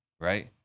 right